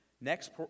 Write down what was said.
Next